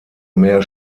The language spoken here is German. mehr